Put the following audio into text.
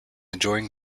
enjoying